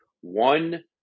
One